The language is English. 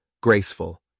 graceful